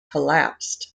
collapsed